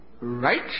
right